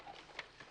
הערות?